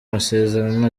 masezerano